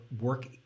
work